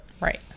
right